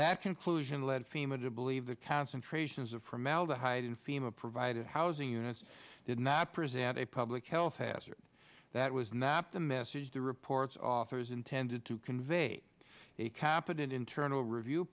that conclusion lead fema to believe the concentrations of formaldehyde in fema provided housing units did not present a public health hazard that was not the message the report's authors intended to convey a kapatid internal review